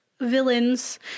villains